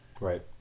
right